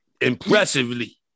impressively